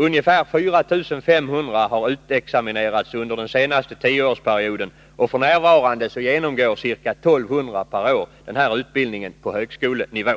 Ungefär 4 500 har utexaminerats under den senaste tioårsperioden, och f.n. genomgår ca 1 200 personer denna utbildning på högskolenivå.